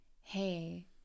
hey